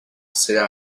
será